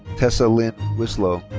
tessa lynne wisloh.